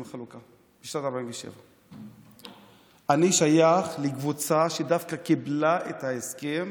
החלוקה בשנת 1947. אני שייך לקבוצה שדווקא קיבלה את ההסכם